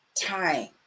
time